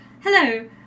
Hello